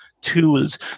tools